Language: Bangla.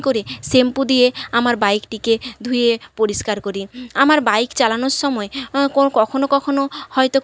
করে শ্যাম্পু দিয়ে আমার বাইকটিকে ধুয়ে পরিষ্কার করি আমার বাইক চালানোর সময় কখনো কখনো হয়তো